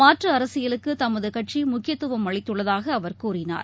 மாற்றுஅரசியலுக்குதமதுகட்சிமுக்கியத்துவம் அளித்துள்ளதாகஅவர் கூறினார்